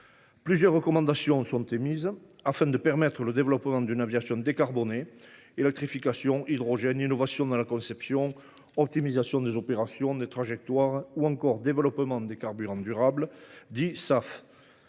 Plusieurs recommandations sont émises afin de permettre le développement d’une aviation décarbonée : électrification, hydrogène, innovation dans la conception, optimisation des opérations, des trajectoires, ou encore développement des carburants durables, dits SAF